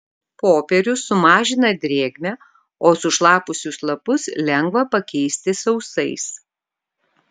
popierius sumažina drėgmę o sušlapusius lapus lengva pakeisti sausais